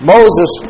Moses